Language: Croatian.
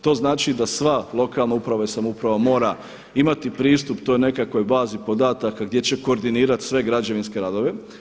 To znači da sva lokalna uprava i samouprava mora imati pristup toj nekakvoj bazi podataka gdje će koordinirati sve građevinske radove.